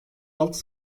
altı